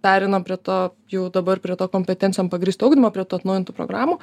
pereinam prie to jau dabar prie to kompetencijom pagrįsto ugdymo prie tų atnaujintų programų